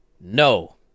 No